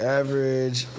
average